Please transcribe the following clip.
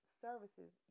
services